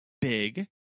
big